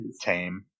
tame